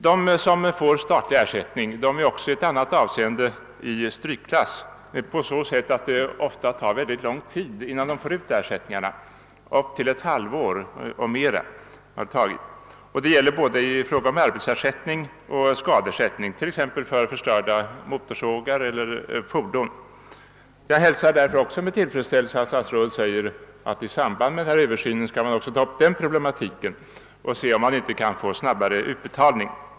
De som erhåller statlig ersättning befinner sig också i ett annat avseende 1 strykklass, därigenom att det ofta tar lång tid innan de får ut ersättningarna, ibland ett halvår eller mera. Detta gäller både i fråga om arbetsersättning och skadeersättning för t.ex. förstörda motorsågar eller fordon. Jag hälsar därför med tillfredsställelse att statsrådet säger att man skall ta upp även den problematiken till översyn och se om man inte kan ordna med snabbare utbetalning.